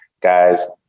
guys